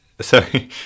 sorry